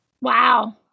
Wow